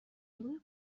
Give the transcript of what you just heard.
بوی